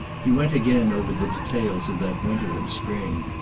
he went again over the details of that winter and spring.